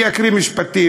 אני אקריא משפטים,